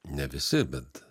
ne visi bet